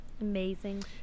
Amazing